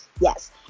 Yes